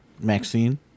Maxine